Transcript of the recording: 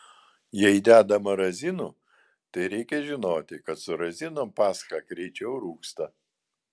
jei dedama razinų tai reikia žinoti kad su razinom pascha greičiau rūgsta